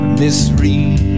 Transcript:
misread